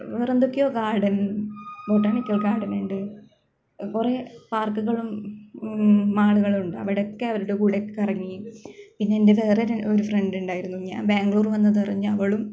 വേറെ എന്തൊക്കെയോ garden botanical garden ഉണ്ട് കുറേ പാര്ക്കുകളും മാളുകളും ഉണ്ട് അവിടെയൊക്കെ അവരുടെ കൂടെയൊക്കെ കറങ്ങി പിന്നെ എന്റെ വേറെ ഒരു ഫ്രണ്ട് ഉണ്ടായിരുന്നു ഞാന് ബാംഗ്ലൂര് വന്നത് അറിഞ്ഞ് അവളും